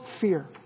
fear